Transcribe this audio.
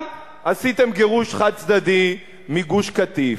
גם עשיתם גירוש חד-צדדי מגוש-קטיף,